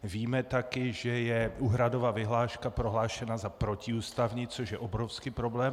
Víme taky, že úhradová vyhláška je prohlášena za protiústavní, což je obrovský problém.